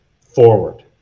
forward